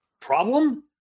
Problem